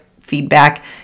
feedback